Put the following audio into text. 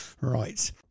Right